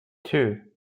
two